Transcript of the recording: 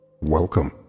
Welcome